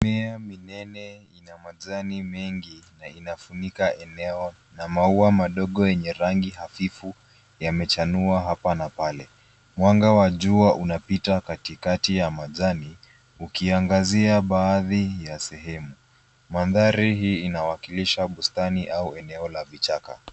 Mimea minene ina majani mengi na inafunika eneo na maua madogo yenye rangi hafifu yamechanua hapa na pale mwanga wa jua unapita kati kati ya majani ukiangazia baadhi ya sehemu mandhari hii inawakilisha bustani au eneo la vichaka.